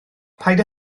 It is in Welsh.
paid